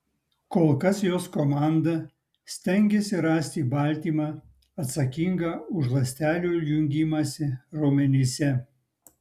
kol kas jos komanda stengiasi rasti baltymą atsakingą už ląstelių jungimąsi raumenyse